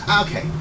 Okay